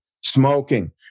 smoking